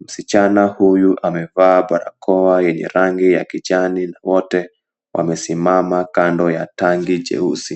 Msichana huyu amevaa barakoa yenye rangi ya kijani na wote wamesimama kando ya tangi jeusi.